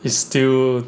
is still